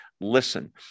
listen